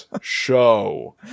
show